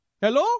hello